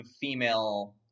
female